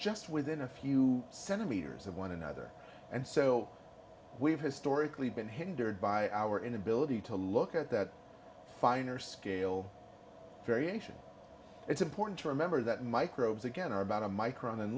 just within a few centimeters of one another and so we've historically been hindered by our inability to look at that finer scale variation it's important to remember that microbes again are about a micro